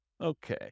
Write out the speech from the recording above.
Okay